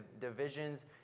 divisions